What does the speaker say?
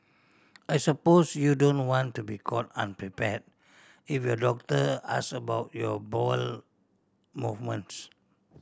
I suppose you don't want to be caught unprepared if your doctor ask about your bowel movements